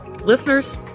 Listeners